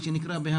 מה שנקרא.